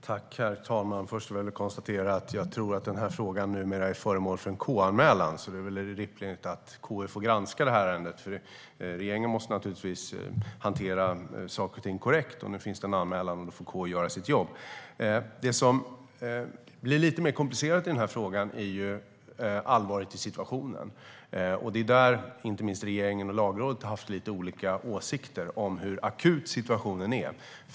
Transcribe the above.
Herr talman! Först vill jag konstatera att jag tror att frågan numera är föremål för en KU-anmälan. Det är väl rimligt att KU får granska ärendet. Regeringen måste naturligtvis hantera saker och ting korrekt. Nu finns det en anmälan, och nu får KU göra sitt jobb. Det som blir lite mer komplicerat i denna fråga är allvaret i situationen. Det är där regeringen och Lagrådet har haft olika åsikter om hur akut situationen är.